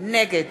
נגד